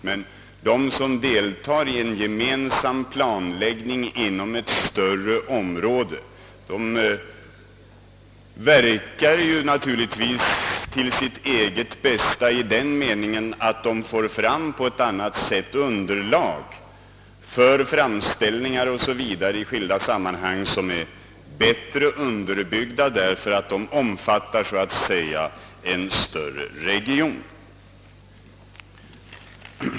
Men de som deltar i den gemensamma planläggningen inom ett större område har naturligtvis — till sitt eget bästa — möjlighet att på ett annat sätt få fram underlag för framställningar i skilda sammanhang som är bättre underbyggda därigenom att de omfattar en större region.